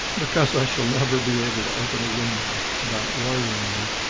because i shall never be able to open a window without worrying you,